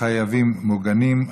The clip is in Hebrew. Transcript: חייבים מוגנים),